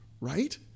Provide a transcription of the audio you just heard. right